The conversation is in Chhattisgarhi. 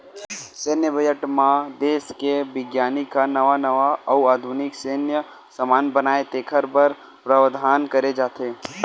सैन्य बजट म देस के बिग्यानिक ह नवा नवा अउ आधुनिक सैन्य समान बनाए तेखर बर प्रावधान करे जाथे